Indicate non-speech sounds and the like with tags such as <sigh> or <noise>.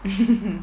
<laughs>